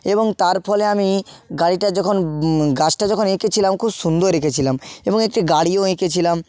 এবং তার ফলে আমি গাড়িটা যখন গাছটা যখন এঁকেছিলাম খুব সুন্দর এঁকেছিলাম এবং একটি গাড়িও এঁকেছিলাম